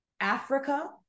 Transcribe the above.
Africa